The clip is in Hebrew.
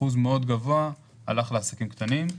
מאוד גבוה הלך לעסקים קטנים.